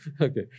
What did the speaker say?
Okay